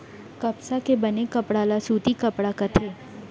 कपसा के बने कपड़ा ल सूती कपड़ा कथें